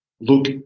Look